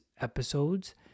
episodes